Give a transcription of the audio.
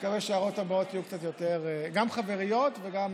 מקווה שההערות הבאות יהיו קצת יותר גם חבריות וגם,